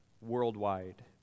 worldwide